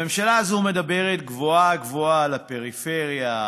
הממשלה הזאת מדברת גבוהה-גבוהה על הפריפריה,